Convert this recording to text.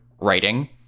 writing